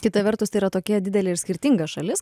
kita vertus tai yra tokia didelė ir skirtinga šalis